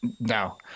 No